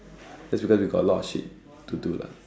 that's because you got a lot of shit to do lah